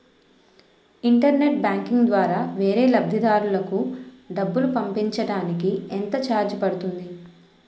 Internet banking ద్వారా వేరే లబ్ధిదారులకు డబ్బులు పంపించటానికి ఎంత ఛార్జ్ పడుతుంది?